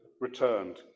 returned